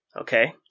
Okay